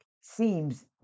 seems